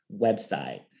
website